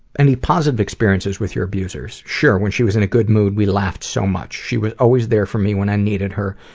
any positive experiences with your abusers? sure, when she was in a good mood, we laughed so much. she was always there for me when i needed her.